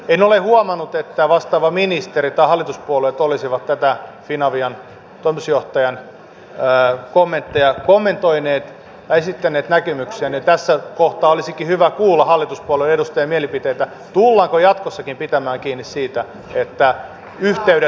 en ole huomannut että vastaava ministeri tai hallituspuolueet olisivat näitä finavian toimitusjohtajan kommentteja kommentoineet ja esittäneet näkemyksiä niin että tässä kohtaa olisikin hyvä kuulla hallituspuolueiden edustajien mielipiteitä tullaanko jatkossakin pitämään kiinni siitä että yhteydet maailmalle turvataan kaikkialta suomesta